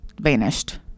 vanished